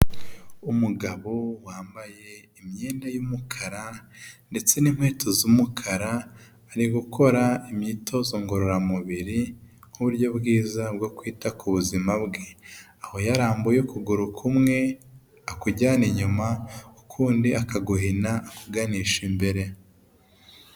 Umugabo wambaye imyenda y'umukara ndetse n'inkweto z'umukara, ari gukora imyitozo ngororamubiri nk'uburyo bwiza bwo kwita ku buzima bwe, aho yarambuye ukuguru kumwe akujyana inyuma ukundi akaguhina akuganisha imbere.